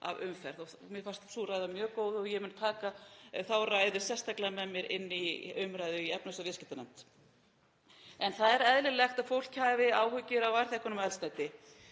af umferð. Mér fannst sú ræða mjög góð og ég mun taka þá ræðu sérstaklega með mér inn í umræðu í efnahags- og viðskiptanefnd. En það er eðlilegt að fólk hafi áhyggjur af verðhækkunum á eldsneyti